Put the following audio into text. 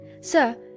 Sir